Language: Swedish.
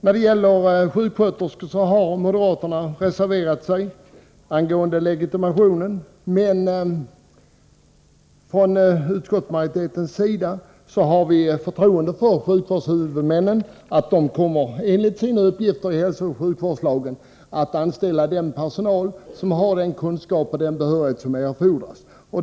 Moderaterna har reserverat sig i frågan om legitimation för sjuksköterskeyrket, men vi har från utskottsmajoritetens sida förtroende för att sjukvårdshuvudmännen i enlighet med de uppgifter som de tilldelats i hälsooch sjukvårdslagen kommer att anställa personal med de kunskaper och den behörighet som erfordras.